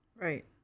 Right